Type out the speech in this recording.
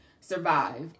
survive